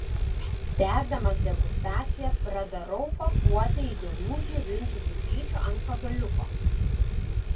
tęsdamas degustaciją pradarau pakuotę įdomių džiovintų žuvyčių ant pagaliuko